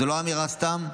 זו לא אמירה סתם,